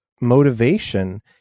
motivation